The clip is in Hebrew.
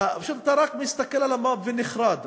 אתה רק מסתכל על המפה ונחרד.